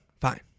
fine